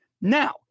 Now